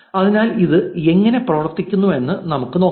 അതിനാൽ ഇത് എങ്ങനെ പ്രവർത്തിക്കുന്നുവെന്ന് നമുക്ക് നോക്കാം